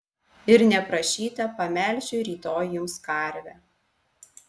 ir neprašyta pamelšiu rytoj jums karvę